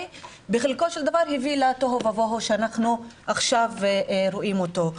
בחלקו הביא לתוהו ובוהו שאנחנו עכשיו רואים אותו.